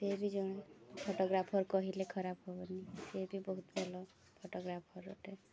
ସେ ବି ଜଣେ ଫଟୋଗ୍ରାଫର୍ କହିଲେ ଖରାପ ହେବନି ସେ ବି ବହୁତ ଭଲ ଫଟୋଗ୍ରାଫର୍ ଗୋଟେ